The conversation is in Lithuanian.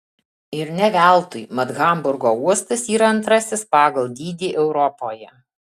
ir ne veltui mat hamburgo uostas yra antrasis pagal dydį europoje